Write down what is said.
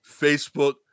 Facebook